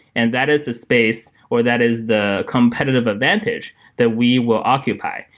and that is the space or that is the competitive advantage that we will occupy,